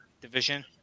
division